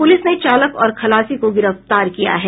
police ने चालक और खलासी को गिरफ्तार किया है